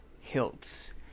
hilts